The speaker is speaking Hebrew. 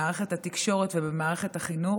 במערכת התקשורת ובמערכת החינוך,